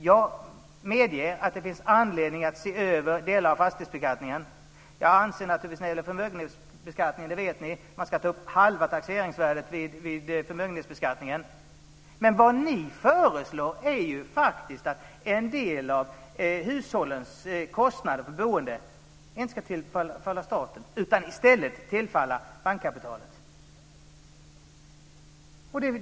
Jag medger att det finns anledning att se över delar av fastighetsbeskattningen. Vad jag anser när det gäller förmögenhetsbeskattningen vet ni. Man ska ta upp halva taxeringsvärdet vid förmögenhetsbeskattningen. Men det ni föreslår är faktiskt att en del av hushållens kostnader för boendet inte ska tillfalla staten utan i stället tillfalla bankkapitalet.